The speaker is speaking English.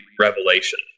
Revelation